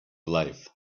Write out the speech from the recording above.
life